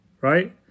right